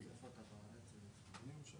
אותנו מעניין הרבה יותר דברים אחרים -- מה זה לנו?